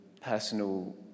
personal